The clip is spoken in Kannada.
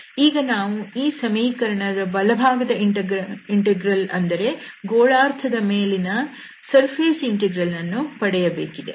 ಈಗ ನಾವು ಈ ಸಮೀಕರಣದ ಬಲಭಾಗದ ಇಂಟೆಗ್ರಲ್ ಅಂದರೆ ಗೋಳಾರ್ಧ ದ ಮೇಲಿನ ಸರ್ಫೇಸ್ ಇಂಟೆಗ್ರಲ್ ಅನ್ನು ಪಡೆಯಬೇಕಿದೆ